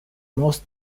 most